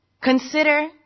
Consider